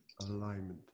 Alignment